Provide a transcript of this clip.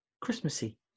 Christmassy